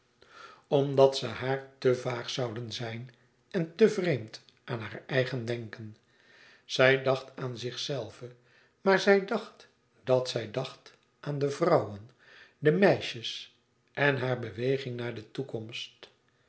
omdat ze haar te vaag zouden zijn en te vreemd aan haar eigen denken zij dacht aan zichzelve maar zij dàcht dat zij dacht aan de vrouwen de meisjes en hare beweging naar de toekomst